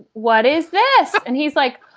what is this? and he's like,